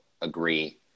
agree